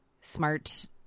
smart